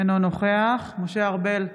אינו נוכח משה ארבל,